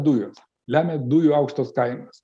dujos lemia dujų aukštos kainos